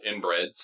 inbreds